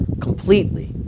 completely